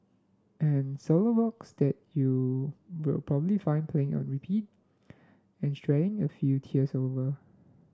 and solo works that you will probably find playing on repeat and shedding a few tears over